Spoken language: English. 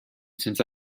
since